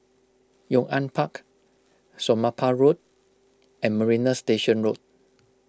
Yong An Park Somapah Road and Marina Station Road